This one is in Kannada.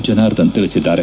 ಜನಾರ್ದನ್ ತಿಳಿಸಿದ್ದಾರೆ